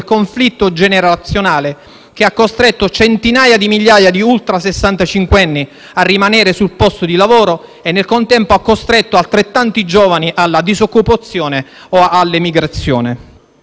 conflitto generazionale che ha costretto centinaia di migliaia di ultrasessacinquenni a rimanere sul posto di lavoro e, nel contempo, altrettanti giovani alla disoccupazione o all'emigrazione.